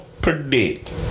predict